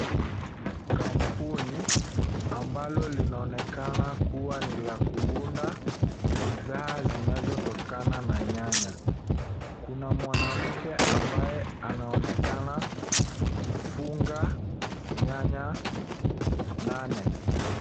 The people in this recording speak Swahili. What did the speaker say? Kampuni ambalo linaonekana kuwa ni la kuunda bidhaa zinazotokana na nyanya. Kuna mwanamke ambaye anaonekana kufunga nyanya nane.